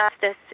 justice